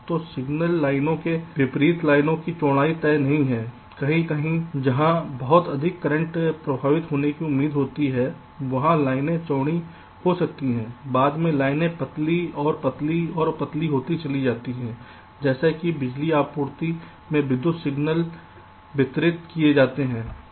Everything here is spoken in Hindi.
तो सिग्नल लाइनों के विपरीत लाइनों की चौड़ाई तय नहीं है कहीं कहीं जहां बहुत अधिक करंट प्रवाहित होने की उम्मीद होती है वहां लाइन चौड़ी हो सकती है बाद में लाइने पतली पतली और पतली होती जाती हैं जैसे कि बिजली की आपूर्ति में विद्युत सिग्नल वितरित किए जाते हैं